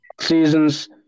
Seasons